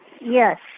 Yes